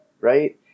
right